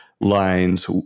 lines